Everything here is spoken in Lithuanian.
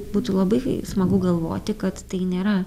būtų labai smagu galvoti kad tai nėra